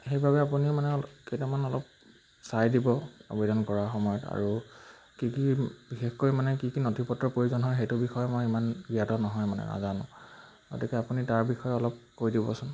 সেইবাবে আপুনি মানে কেইটামান অলপ চাই দিব আবেদন কৰাৰ সময়ত আৰু কি কি বিশেষকৈ মানে কি কি নথিপত্ৰৰ প্ৰয়োজন হয় সেইটো বিষয়ে মই ইমান জ্ঞাত নহয় মানে নাজানো গতিকে আপুনি তাৰ বিষয়ে অলপ কৈ দিবচোন